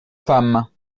femmes